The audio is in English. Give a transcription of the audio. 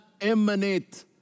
emanate